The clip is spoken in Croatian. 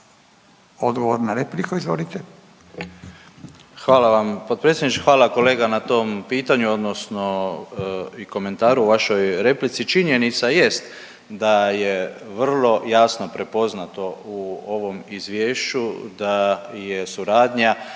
Davor Ivo (HDZ)** Hvala vam potpredsjedniče. Hvala kolega na tom pitanju odnosno i komentaru u vašoj replici. Činjenica jest da je vrlo jasno prepoznato u ovom izvješću da je suradnja